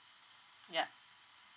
yup